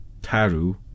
taru